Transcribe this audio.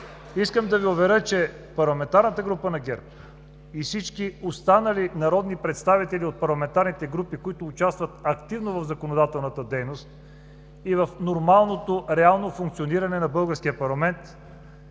искам да Ви уверя, че парламентарната група на ГЕРБ и всички останали народни представители от парламентарните групи, които участват активно в законодателната дейност и в нормалното реално функциониране на българския парламент,